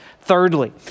Thirdly